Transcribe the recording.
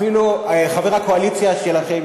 אפילו חבר הקואליציה שלכם,